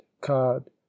cod